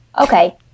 Okay